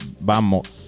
Vamos